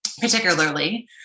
particularly